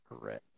correct